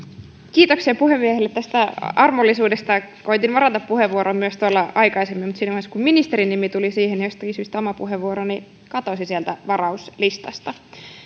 kiitoksia puhemiehelle tästä armollisuudesta koetin varata puheenvuoron myös aikaisemmin mutta siinä vaiheessa kun ministerin nimi tuli siihen jostakin syystä oma puheenvuoroni katosi varauslistasta